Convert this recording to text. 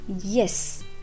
Yes